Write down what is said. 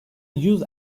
yüz